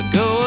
go